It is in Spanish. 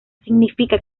significa